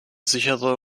sichere